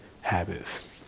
habits